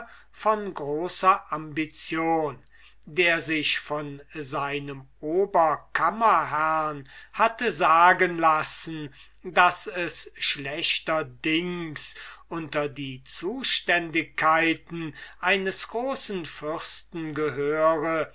von großer ambition der sich von seinem oberkammerherrn hatte sagen lassen daß es schlechterdings unter die zuständigkeiten eines großen fürsten gehöre